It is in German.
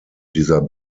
dieser